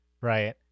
right